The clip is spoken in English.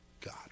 God